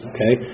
Okay